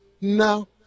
No